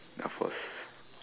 that forces